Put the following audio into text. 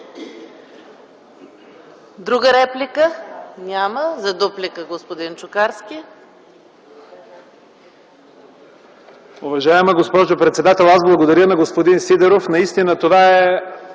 Друга реплика? Няма. Дуплика – господин Чукарски.